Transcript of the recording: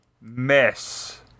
mess